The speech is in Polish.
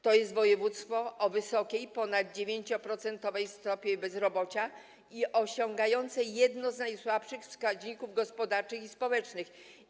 To jest województwo o wysokiej, ponad 9-procentowej stopie bezrobocia i osiągające jedne z najsłabszych wskaźników gospodarczych i społecznych.